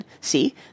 See